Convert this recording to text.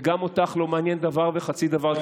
וגם אותך לא מעניין דבר וחצי דבר,